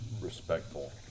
respectful